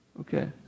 Okay